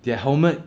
their helmet